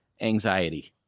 anxiety